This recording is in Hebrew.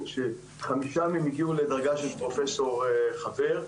שחמישה מהם הגיעו לדרגה של פרופסור חבר.